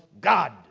God